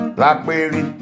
Blackberry